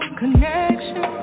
connection